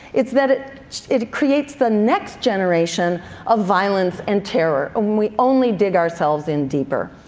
it's that it it creates the next generation of violence and terror, and we only dig ourselves in deeper.